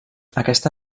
aquesta